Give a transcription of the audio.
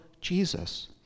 Jesus